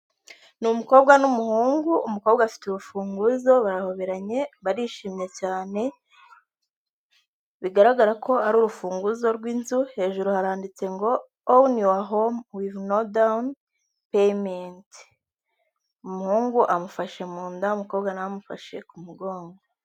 Ni umukobwa n'umuhungu, umukobwa bafite urufunguzo barahoberanye, barishimye cyane, bigaragara ko ari urufunguzo rw'inzu, hejuru haranditse ngo own your home with no dawn payment. Umuhungu amufashe mu nda, umukobwa na we amufashe ku mugongo.